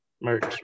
merch